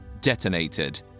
detonated